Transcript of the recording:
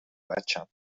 بچم